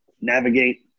navigate